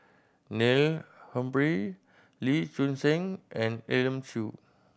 Neil Humphrey Lee Choon Seng and Elim Chew